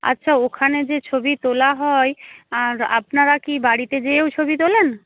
আচ্ছা ওখানে যে ছবি তোলা হয় আর আপনারা কি বাড়িতে গিয়েও ছবি তোলেন